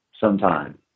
sometime